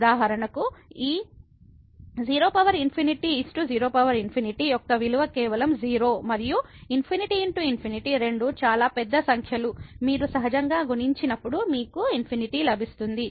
ఉదాహరణకు ఈ 0∞ 0∞ యొక్క విలువ కేవలం 0 మరియు ∞×∞ రెండు చాలా పెద్ద సంఖ్యలు మీరు సహజంగా గుణించినప్పుడు మీకు ∞ లభిస్తుంది